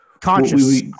Conscious